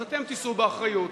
אז אתם תישאו באחריות.